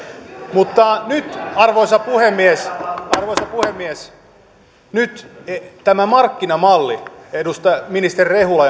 mutta nyt arvoisa puhemies arvoisa puhemies tämä markkinamalli jonka te ministeri rehula